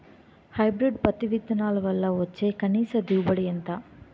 Hybrid పత్తి విత్తనాలు వల్ల వచ్చే కనీస దిగుబడి ఎంత?